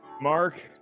mark